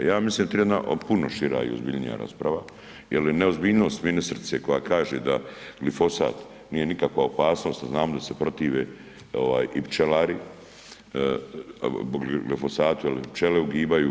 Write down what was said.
Ja mislim da treba jedna puno šira i ozbiljnija rasprava jer neozbiljnost ministrice koja kaže da glifosat nije nikakva opasnost a znamo da se protive i pčelari glifosatu jer pčele ugibaju.